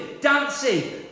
dancing